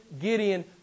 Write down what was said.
Gideon